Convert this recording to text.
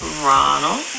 Ronald